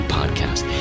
Podcast